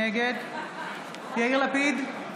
נגד יאיר לפיד,